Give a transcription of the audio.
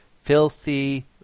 filthy